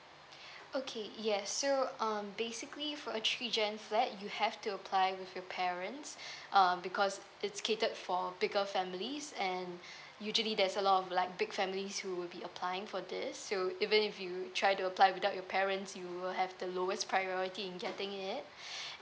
okay yes so um basically for three gen flat you have to apply with your parents um because it's catered for bigger families and usually there's a lot of like big families who'd be applying for this so even if you try to apply without your parents you will have the lowest priority in getting it